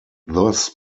thus